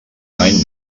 dany